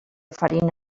farina